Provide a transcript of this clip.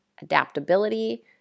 adaptability